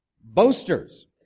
boasters